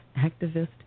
activist